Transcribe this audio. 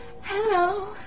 Hello